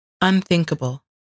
Unthinkable